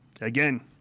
again